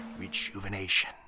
rejuvenation